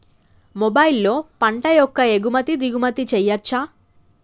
మొబైల్లో పంట యొక్క ఎగుమతి దిగుమతి చెయ్యచ్చా?